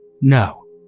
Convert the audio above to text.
No